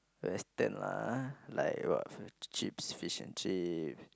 you understand lah like what f~ chips fish and chips